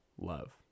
love